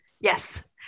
Yes